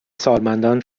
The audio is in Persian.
سالمندان